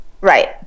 Right